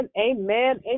amen